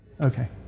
Okay